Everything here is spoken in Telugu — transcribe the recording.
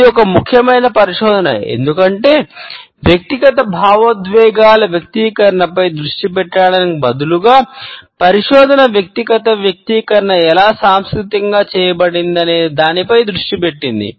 ఇది ఒక ముఖ్యమైన పరిశోధన ఎందుకంటే వ్యక్తిగత భావోద్వేగాల వ్యక్తీకరణపై దృష్టి పెట్టడానికి బదులుగా పరిశోధన వ్యక్తిగత వ్యక్తీకరణ ఎలా సాంస్కృతికంగా చేయబడిందనే దానిపై దృష్టి పెట్టింది